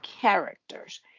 characters